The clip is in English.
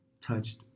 touched